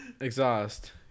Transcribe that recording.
exhaust